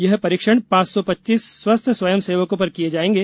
ये परीक्षण पांच सौ पच्चीस स्वस्थ स्वयं सेवकों पर किए जाएंगे